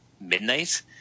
midnight